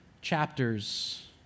chapters